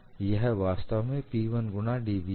यह वास्तव में P1 गुणा dv है